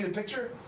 and picture?